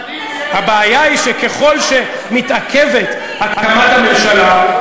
הבעיה היא שככל שמתעכבת הקמת הממשלה,